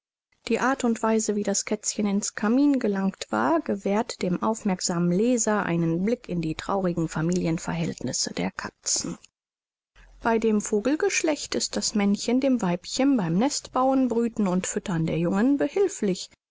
die art und weise wie das kätzchen in's kamin gelangt war gewährt dem aufmerksamen leser einen blick in die traurigen familienverhältnisse der katzen bei dem vogelgeschlecht ist das männchen dem weibchen beim nestbauen brüten und füttern der jungen